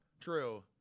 true